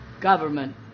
government